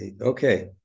Okay